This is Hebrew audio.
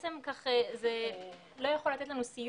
הנתון הזה לא יכול לתת לנו סיוע